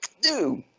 dude